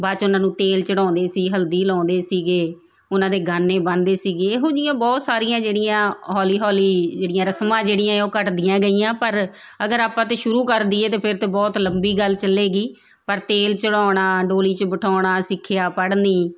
ਬਾਅਦ 'ਚ ਉਹਨਾਂ ਨੂੰ ਤੇਲ ਚੜ੍ਹਾਉਂਦੇ ਸੀ ਹਲਦੀ ਲਾਉਂਦੇ ਸੀਗੇ ਉਹਨਾਂ ਦੇ ਗਾਨੇ ਬੰਨਦੇ ਸੀਗੇ ਇਹੋ ਜਿਹੀਆਂ ਬਹੁਤ ਸਾਰੀਆਂ ਜਿਹੜੀਆਂ ਹੌਲੀ ਹੌਲੀ ਜਿਹੜੀਆਂ ਰਸਮਾਂ ਜਿਹੜੀਆਂ ਹੈ ਉਹ ਘੱਟਦੀਆਂ ਗਈਆਂ ਪਰ ਅਗਰ ਆਪਾਂ ਤਾਂ ਸ਼ੁਰੂ ਕਰ ਦਈਏ ਤਾਂ ਫਿਰ ਤਾਂ ਬਹੁਤ ਲੰਬੀ ਗੱਲ ਚੱਲੇਗੀ ਪਰ ਤੇਲ ਚੜਾਉਣਾ ਡੋਲੀ 'ਚ ਬਿਠਾਉਣਾ ਸਿੱਖਿਆ ਪੜ੍ਹਨੀ